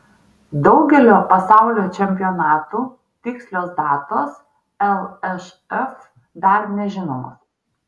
daugelio pasaulio čempionatų tikslios datos lšf dar nežinomos